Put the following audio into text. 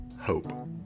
hope